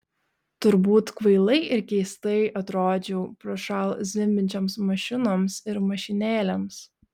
turbūt kvailai ir keistai atrodžiau prošal zvimbiančioms mašinoms ir mašinėlėms